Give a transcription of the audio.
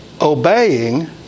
obeying